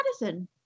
Madison